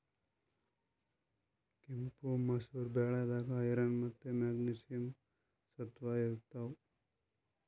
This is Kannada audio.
ಕೆಂಪ್ ಮಸೂರ್ ಬ್ಯಾಳಿದಾಗ್ ಐರನ್ ಮತ್ತ್ ಮೆಗ್ನೀಷಿಯಂ ಸತ್ವ ಇರ್ತವ್